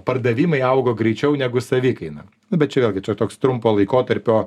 pardavimai augo greičiau negu savikaina nu bet čia vėlgi čia toks trumpo laikotarpio